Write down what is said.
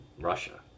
Russia